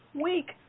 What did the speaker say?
week